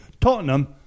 Tottenham